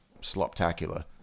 slop-tacular